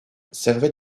servaient